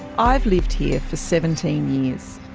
i've lived here for seventeen years,